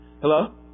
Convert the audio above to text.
Hello